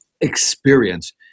experience